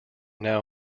now